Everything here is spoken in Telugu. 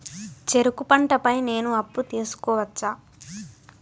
చెరుకు పంట పై నేను అప్పు తీసుకోవచ్చా?